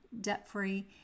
debt-free